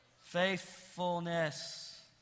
faithfulness